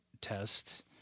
test